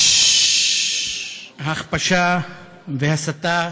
הכפשה והסתה